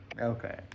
okay